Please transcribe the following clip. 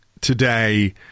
today